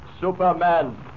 Superman